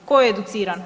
Tko je educiran?